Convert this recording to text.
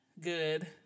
good